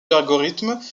l’algorithme